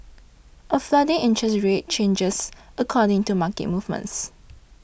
a floating interest rate changes according to market movements